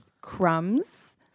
crumbs